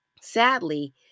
Sadly